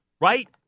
right